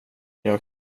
jag